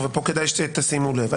שהם צריכים לברר מול המשרדים.